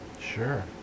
Sure